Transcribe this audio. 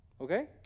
Okay